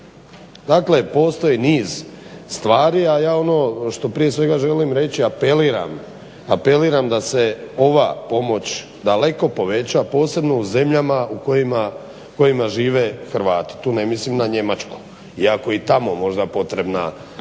Dakle postoji niz stvari a ja ono što prije svega želim reći, apeliram da se ova pomoć daleko poveća posebno u zemljama u kojima žive Hrvati. Tu ne mislim na Njemačku. Iako i tamo možda potrebna